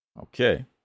Okay